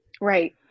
Right